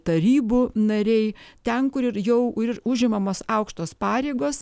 tarybų nariai ten kur ir jau ir užimamos aukštos pareigos